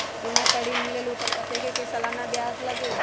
सोना पर ऋण मिलेलु ओपर कतेक के सालाना ब्याज लगे?